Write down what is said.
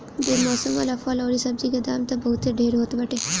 बेमौसम वाला फल अउरी सब्जी के दाम तअ बहुते ढेर होत बाटे